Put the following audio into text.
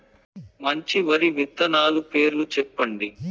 మంచి వరి విత్తనాలు పేర్లు చెప్పండి?